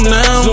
now